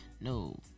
No